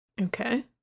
Okay